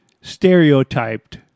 stereotyped